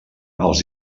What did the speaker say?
els